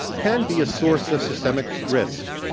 can be a source of systemic risk.